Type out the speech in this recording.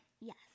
yes